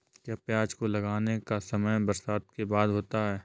क्या प्याज को लगाने का समय बरसात के बाद होता है?